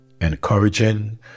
encouraging